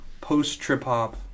post-trip-hop